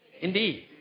indeed